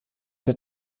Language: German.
der